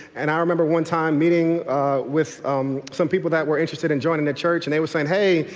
and i remember one-time meeting with some people that were interested in joining the church and they were saying hey,